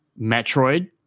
Metroid